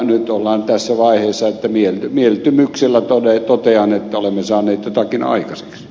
nyt ollaan tässä vaiheessa että mieltymyksellä totean että olemme saaneet jotakin aikaiseksi